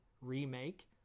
remake